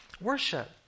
worship